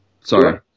Sorry